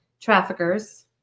traffickers